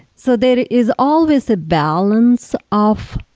so there is always a balance of